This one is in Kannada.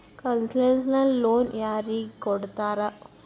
ಕನ್ಸೆಸ್ನಲ್ ಲೊನ್ ಯಾರಿಗ್ ಕೊಡ್ತಾರ?